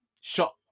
Shot